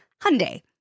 Hyundai